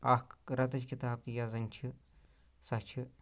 اَکھ رٮ۪تٕچ کِتاب تہِ یۄس زَن چھِ سۄ چھِ